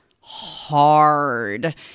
hard